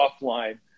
offline